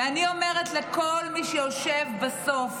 ואני אומרת לכל מי שיושב בסוף